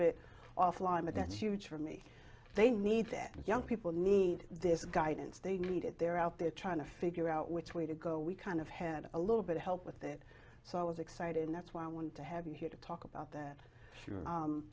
bit offline but that's huge for me they need that young people need this guidance they need it they're out there trying to figure out which way to go we kind of had a little bit of help with it so i was excited and that's why i wanted to have you here to talk about that you're